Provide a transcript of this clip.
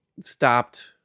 stopped